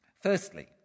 Firstly